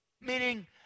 Meaning